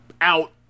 out